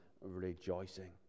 rejoicing